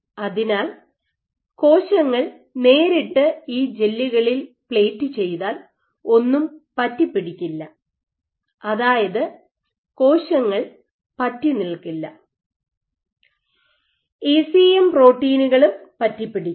അതിനാൽ കോശങ്ങൾ നേരിട്ട് ഈ ജെല്ലുകളിൽ പ്ലേറ്റ് ചെയ്താൽ ഒന്നും പറ്റിപിടിക്കില്ല അതായത് കോശങ്ങൾ പറ്റിനിൽക്കില്ല ഇസിഎം പ്രോട്ടീനുകളും പറ്റിപിടിക്കില്ല